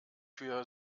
für